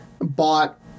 bought